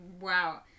Wow